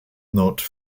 note